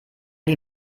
die